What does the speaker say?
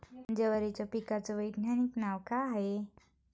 जवारीच्या पिकाचं वैधानिक नाव का हाये?